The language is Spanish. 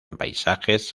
paisajes